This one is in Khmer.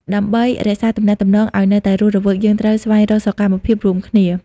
ដើម្បីរក្សាទំនាក់ទំនងឱ្យនៅតែរស់រវើក យើងគួរស្វែងរកសកម្មភាពរួមគ្នា។